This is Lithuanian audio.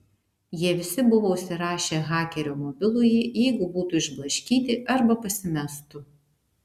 jie visi buvo užsirašę hakerio mobilųjį jeigu būtų išblaškyti arba pasimestų